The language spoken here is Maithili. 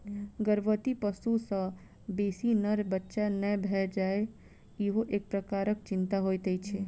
गर्भवती पशु सॅ बेसी नर बच्चा नै भ जाय ईहो एक प्रकारक चिंता होइत छै